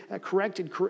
corrected